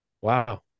Wow